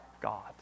God